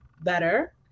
better